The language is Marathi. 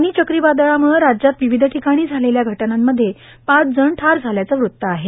फानी चक्री वादळामुळं राज्यात विविध ठिकाणी झालेल्या घटनांमध्ये पाच जण ठार झाल्याचं वृत्त आहे